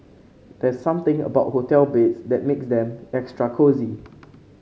there's something about hotel beds that makes them extra cosy